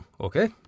Okay